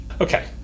okay